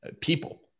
people